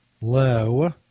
low